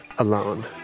Alone